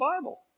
Bible